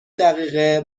دقیقه